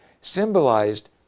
symbolized